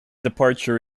departure